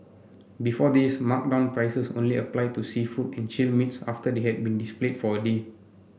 before this marked down prices only applied to seafood and chilled meats after they have been displayed for a day